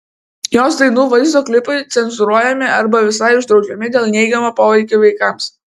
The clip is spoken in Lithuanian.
jos dainų vaizdo klipai cenzūruojami arba visai uždraudžiami dėl neigiamo poveikio vaikams